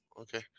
Okay